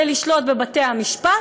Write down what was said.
רוצה לשלוט בבתי-המשפט,